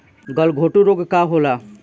गलघोंटु रोग का होला?